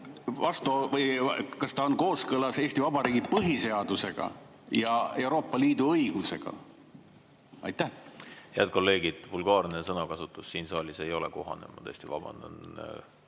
analüüs, et ta on kooskõlas Eesti Vabariigi põhiseadusega ja Euroopa Liidu õigusega? Head kolleegid, vulgaarne sõnakasutus siin saalis ei ole kohane. Ma tõesti vabandan